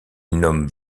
nomme